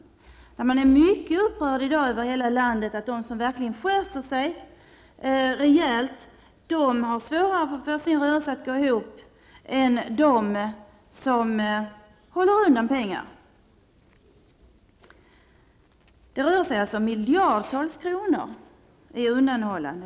Där är man över hela landet upprörd över att de som verkligen sköter sig ordentligt har svårare att få rörelsen att gå ihop än de som håller undan pengar. Det rör sig alltså om miljardtals kronor som undanhålls.